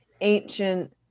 ancient